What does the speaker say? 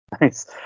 Nice